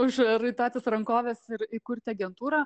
užraitotis rankoves ir įkurti agentūrą